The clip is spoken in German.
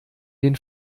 den